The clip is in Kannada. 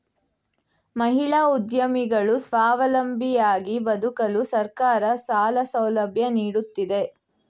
ಮಹಿಳಾ ಉದ್ಯಮಿಗಳು ಸ್ವಾವಲಂಬಿಯಾಗಿ ಬದುಕಲು ಸರ್ಕಾರ ಸಾಲ ಸೌಲಭ್ಯ ನೀಡುತ್ತಿದೆ